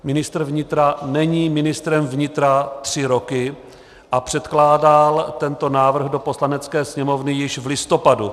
Ministr vnitra není ministrem vnitra tři roky a předkládal tento návrh do Poslanecké sněmovny již v listopadu.